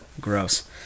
gross